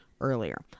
earlier